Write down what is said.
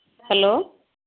hello